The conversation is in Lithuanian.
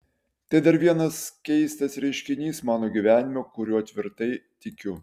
tai dar vienas keistas reiškinys mano gyvenime kuriuo tvirtai tikiu